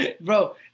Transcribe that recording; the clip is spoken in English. Bro